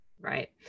Right